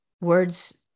words